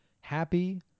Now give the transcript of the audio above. happy